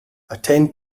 attend